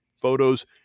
photos